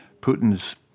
Putin's